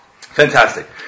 Fantastic